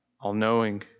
all-knowing